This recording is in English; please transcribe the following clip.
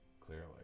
clearly